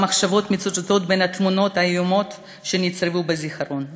והמחשבות מתרוצצות בין התמונות האיומות שנצרבו בזיכרון,